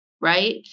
right